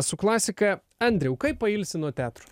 su klasika andriau kaip pailsi nuo teatro